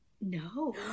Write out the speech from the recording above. No